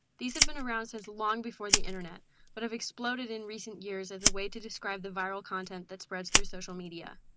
these have been around since long before the internet but have exploded in recent years as a way to describe the viral content that spreads through social media.